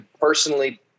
personally